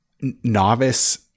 novice